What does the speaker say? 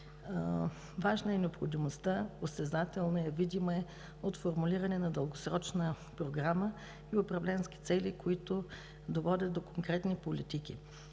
Важна е необходимостта, осезателна е, видима е, от формулиране на дългосрочна програма и управленски цели, които да водят до конкретни политики,